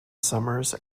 summers